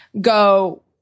go